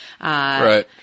Right